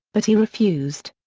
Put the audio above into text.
but he refused.